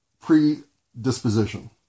predisposition